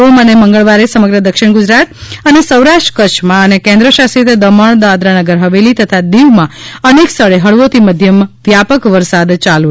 સોમ અને મંગળવારે સમગ્ર દક્ષિણ ગુજરાત અને સૌરાષ્ટ્ર કચ્છમાં અને કેન્દ્રશાસિત દમણ દાદરાનગર હવેલી તથા દીવમાં અનેક સ્થળે હળવોથી મધ્યમ વ્યાપક વરસાદ ચાલુ રહેશે